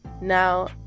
now